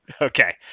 okay